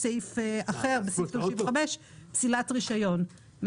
עניינו של סעיף 47א השבתת רכב שביצע עבירות מסוימות